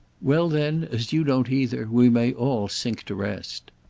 well, then, as you don't either, we may all sink to rest!